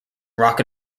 rock